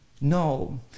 No